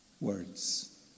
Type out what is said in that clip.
words